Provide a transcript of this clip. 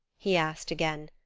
he asked again,